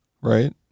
Right